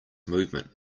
movement